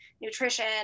nutrition